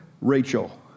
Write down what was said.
Rachel